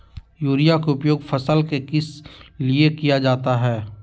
Urea के उपयोग फसल में किस लिए किया जाता है?